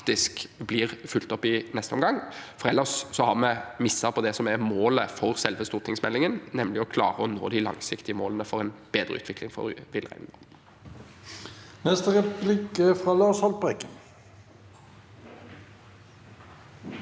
faktisk blir fulgt opp i neste omgang, ellers har vi misset på det som er målet for selve stortingsmeldingen, nemlig å klare å nå de langsiktige målene for en bedre utvikling for villreinen. Lars Haltbrekken